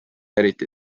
eriti